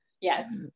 Yes